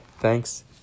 Thanks